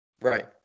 Right